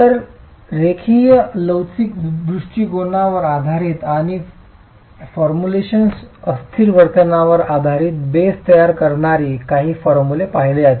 तर रेखीय लवचिक दृष्टिकोनावर आधारित आणि फॉरमॅट्सच्या अस्थिर वर्तनावर आधारीत बेस तयार करणारी काही फॉर्म्युले पाहिली असतील